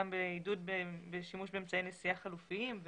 גם בשימוש באמצעי נשיאה חלופיים,